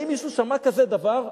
האם מישהו שמע כזה דבר?